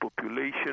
population